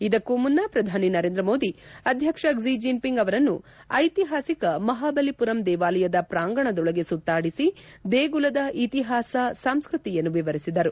ಇದಕ್ಕೂ ಮುನ್ನ ಪ್ರಧಾನಿ ನರೇಂದ್ರ ಮೋದಿ ಅಧ್ಯಕ್ಷ ಕ್ಷಿ ಜಿನ್ಒಂಗ್ ಅವರನ್ನು ಐತಿಹಾಸಿಕ ಮಹಾಬಲಿಪುರಂ ದೇವಾಲಯದ ಪ್ರಾಂಗಣದೊಳಗೆ ಸುತ್ತಾಡಿಸಿ ದೇಗುಲದ ಇತಿಹಾಸ ಸಂಸ್ಕತಿಯನ್ನು ವಿವರಿಸಿದರು